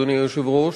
אדוני היושב-ראש,